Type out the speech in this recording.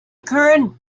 current